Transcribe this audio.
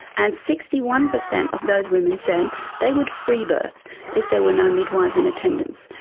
and sixty one per cent of those women said they would free-birth if there were no midwives in attendance,